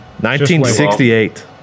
1968